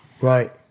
Right